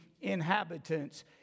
inhabitants